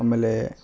ಆಮೇಲೆ